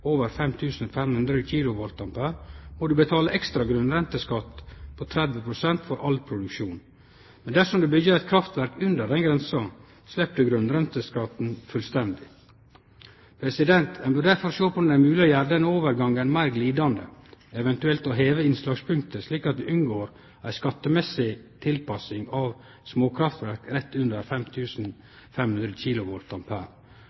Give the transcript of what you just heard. over 5 500 kVA, må du betale ekstra grunnrenteskatt på 30 pst. for all produksjon, men dersom du byggjer eit kraftverk under denne grensa, slepp du grunnrenteskatten fullstendig. Ein bør derfor sjå på om det er mogleg å gjere denne overgangen meir glidande, eventuelt å heve innslagspunktet, slik at vi unngår ei skattemessig tilpassing av småkraftverk rett under